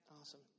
Awesome